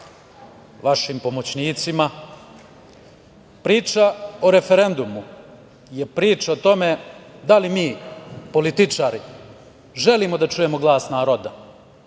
vašim pomoćnicima, priča o referendumu je priča o tome da li mi političari želimo da čujemo glas naroda,